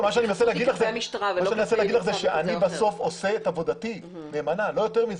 אני מנסה לומר לך שאני בסוף עושה את עבודתי נאמנה ולא יותר זה.